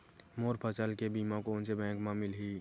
मोर फसल के बीमा कोन से बैंक म मिलही?